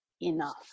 enough